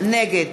נגד